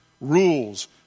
rules